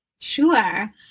Sure